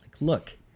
Look